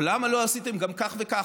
או למה לא עשיתם גם כך וכך,